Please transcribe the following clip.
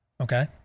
okay